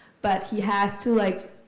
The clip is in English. but he has to like